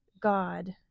God